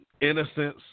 innocence